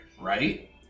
right